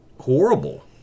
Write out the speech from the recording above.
horrible